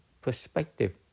perspective